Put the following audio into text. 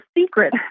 secret